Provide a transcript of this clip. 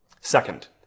Second